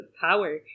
power